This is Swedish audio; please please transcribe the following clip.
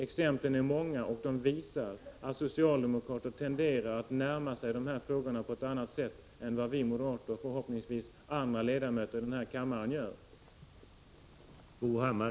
Exemplen är många, och de visar att socialdemokrater tenderar att närma sig de här frågorna på ett annat sätt än vad vi moderater och förhoppningsvis andra ledamöter av den här kammaren gör.